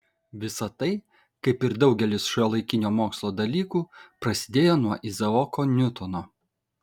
visa tai kaip ir daugelis šiuolaikinio mokslo dalykų prasidėjo nuo izaoko niutono